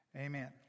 amen